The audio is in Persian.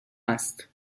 است